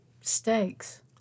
steaks